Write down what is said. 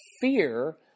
fear